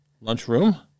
lunchroom